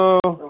অঁ